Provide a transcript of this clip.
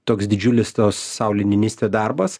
toks didžiulis tos sauli niniste darbas